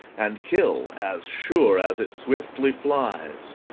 and kill as sure as it swiftly flies.